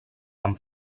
amb